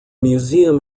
museum